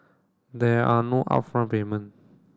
there are no upfront payment